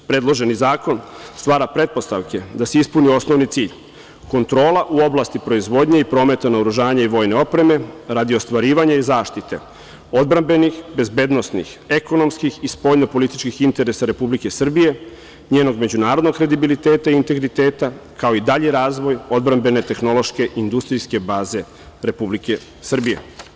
Predloženi zakon stvara pretpostavke da se ispuni osnovni cilj - kontrola u oblasti proizvodnje i prometa naoružanja i vojne opreme, radi ostvarivanja zaštite odbrambenih, bezbednosnih, ekonomskih i spoljno političkih interesa Republike Srbije, njenog međunarodnog kredibiliteta i integriteta, kao i dalji razvoj odbrambene tehnološke i industrijske baze Republike Srbije.